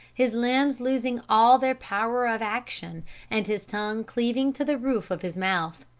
his limbs losing all their power of action and his tongue cleaving to the roof of his mouth.